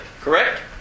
correct